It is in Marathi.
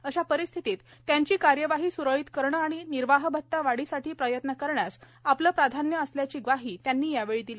अशा परिस्थितीत त्यांची कार्यवाही सुरळीत करणे आणि निर्वाहभत्ता वाढीसाठी प्रयत्न करण्यास आपले प्राधान्य असल्याची ग्वाही त्यांनी यावेळी दिली